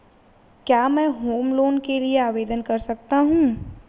क्या मैं home loan के लिए आवेदन कर सकता हूं?